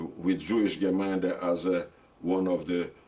with jewish gemeinde and as ah one of the